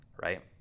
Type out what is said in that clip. right